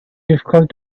difficult